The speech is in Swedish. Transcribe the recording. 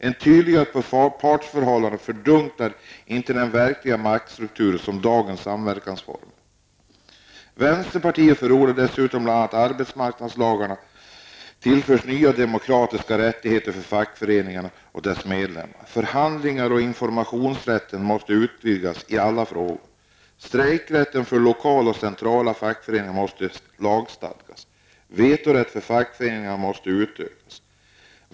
Ett tydligt partsförhållande fördunklar inte den verkliga maktstrukturen på samma sätt som dagens samverkansformer. Vänsterpartiet förordar dessutom bl.a. att arbetsmarknadslagarna tillförs nya demokratiska rättigheter för fackföreningarna och deras medlemmar. Förhandlings och informationsrätten måste utvidgas i alla frågor. Strejkrätten för lokalaoch centrala fackföreningar måste lagstadgas. Vetorätten för fackföreningarna måste utökas.